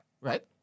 Right